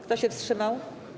Kto się wstrzymał?